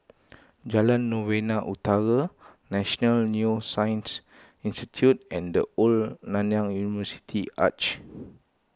Jalan Novena Utara National Neuroscience Institute and the Old Nanyang University Arch